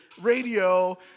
radio